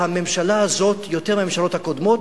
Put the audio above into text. שהממשלה הזאת יותר מהממשלות הקודמות,